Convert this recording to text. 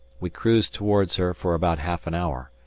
we cruised towards her for about half an hour,